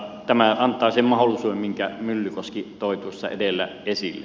tämä antaa sen mahdollisuuden minkä myllykoski toi tuossa edellä esille